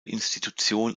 institution